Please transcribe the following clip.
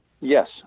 Yes